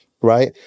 right